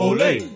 Olay